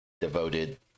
devoted